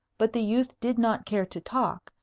but the youth did not care to talk,